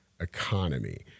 economy